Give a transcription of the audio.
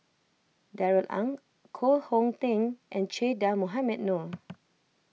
Darrell Ang Koh Hong Teng and Che Dah Mohamed Noor